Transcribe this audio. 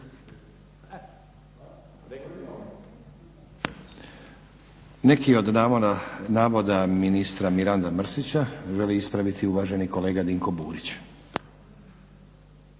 Neki od navoda ministra Miranda Mrsića želi ispraviti uvaženi kolega Dinko Burić.